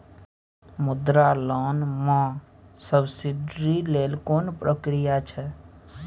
मुद्रा लोन म सब्सिडी लेल कोन प्रक्रिया छै?